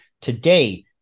Today